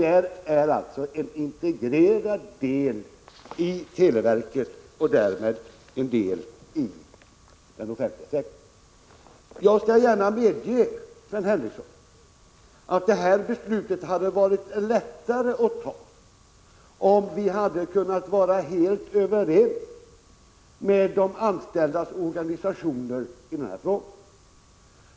Det skall alltså vara en integrerad del av Jag skall gärna medge att beslutet hade varit lättare att ta, om vi hade kunnat vara helt överens med de anställdas organisationer i den här frågan.